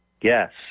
Yes